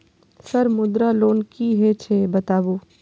Sir Mudra loan की हे छे बताबू?